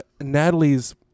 Natalie's